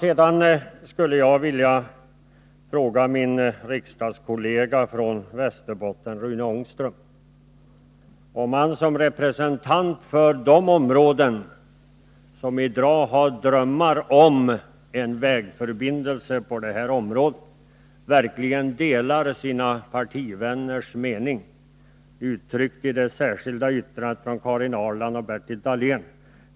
Jag skulle sedan vilja fråga Rune Ångström, min riksdagskollega från Västerbotten, om han som representant för de områden som i dag har drömmar om en sådan här vägförbindelse verkligen delar sina partivänners mening, sådan den uttrycks i det särskilda yttrandet från Karin Ahrland och Bertil Dahlén.